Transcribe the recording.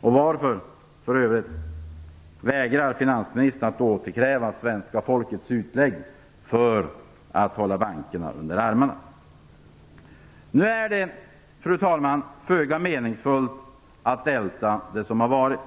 Varför vägrar finansministern att återkräva det svenska folkets utlägg för att hålla bankerna under armarna? Fru talman! Nu är det föga meningsfullt att älta det som har varit.